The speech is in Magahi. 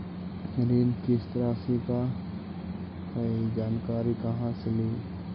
ऋण किस्त रासि का हई जानकारी कहाँ से ली?